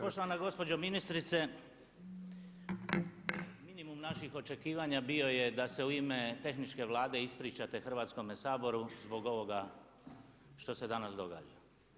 Poštovana gospođo ministrice, minimum naših očekivanja bio je da se u ime tehničke Vlade ispričate Hrvatskome saboru zbog ovoga što se danas događa.